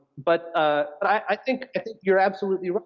but ah but i think i think you're absolutely right.